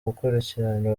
gukurikirana